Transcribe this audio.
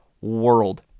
world